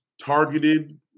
targeted